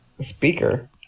speaker